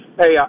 Hey